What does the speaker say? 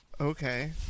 Okay